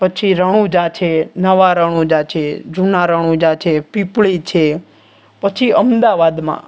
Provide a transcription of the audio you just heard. પછી રણુંજા છે નવા રણુંજા છે જૂના રણુંજા છે પીપળી છે પછી અમદાવાદમાં